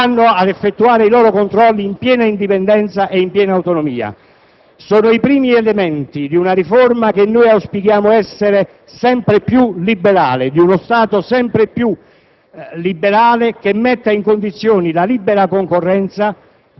nel rapporto libero fra Stato e mercato, in cui lo Stato regola, vanno ad effettuare i loro controlli in piena indipendenza ed autonomia. Sono questi i primi elementi di una riforma che auspichiamo essere sempre più liberale, di uno Stato sempre più liberale